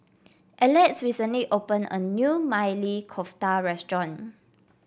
Alex recently opened a new Maili Kofta Restaurant